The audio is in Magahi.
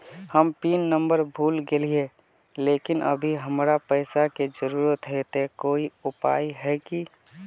हम पिन नंबर भूल गेलिये लेकिन अभी हमरा पैसा के जरुरत है ते कोई उपाय है की?